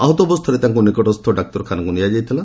ଆହତ ଅବସ୍ଥାରେ ତାଙ୍କ ନିକଟସ୍ଥ ଡାକ୍ତରଖାନାକୁ ନିଆଯାଇଥିଲା